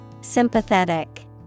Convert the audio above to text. Sympathetic